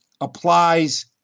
applies